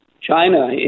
China